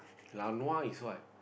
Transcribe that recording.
laonua is what